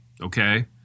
Okay